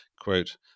quote